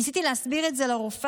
ניסיתי להסביר את זה לרופאה,